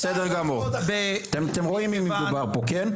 בסדר גמור, אתם רואים עם מי מדובר פה כן?